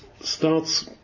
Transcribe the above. starts